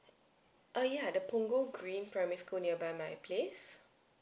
oh ya the punggol green primary school nearby my place